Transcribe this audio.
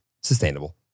Sustainable